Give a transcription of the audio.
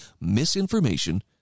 misinformation